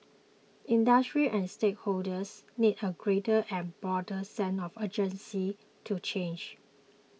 industries and stakeholders need a greater and broader sense of urgency to change